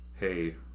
Hey